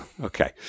Okay